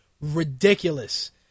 ridiculous